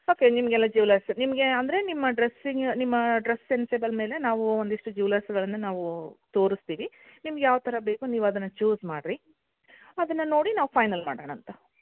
okay ನಿಮಗೆಲ್ಲ jewellers ನಿಮಗೆ ಅಂದರೆ ನಿಮ್ಮ ಡ್ರೆಸ್ಸಿಂಗ್ ನಿಮ್ಮ ಡ್ರೆಸ್ಸ್ ಸೆನ್ಸೆಬಲ್ ಮೇಲೆ ನಾವೂ ಒಂದಿಷ್ಟು ಜುವೆಲ್ಲರ್ಸ್ಗಳನ್ನು ನಾವೂ ತೋರಿಸ್ತೀವಿ ನಿಮ್ಗೆ ಯಾವ ಥರ ಬೇಕೋ ನೀವು ಅದನ್ನು ಚೂಸ್ ಮಾಡಿರಿ ಅದನ್ನು ನೋಡಿ ನಾವು ಫೈನಲ್ ಮಾಡೋಣಂತ